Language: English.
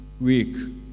week